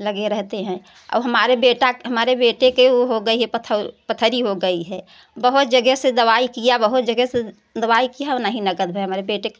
लगे रहते हैं अब हमारे बेटा हमारे बेटे के उ हो गये है पथ पथरी हो गई है बहुत जगह से दवाई किया बहुत जगह से दवाई किया नहीं नगद भये हमारे बेटे को